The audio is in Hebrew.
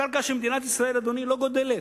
הקרקע של מדינת ישראל, אדוני, לא גדלה,